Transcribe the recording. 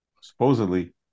Supposedly